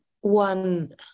one